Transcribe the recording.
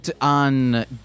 on